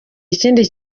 ikindi